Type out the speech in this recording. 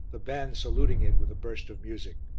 the band saluting it with a burst of music.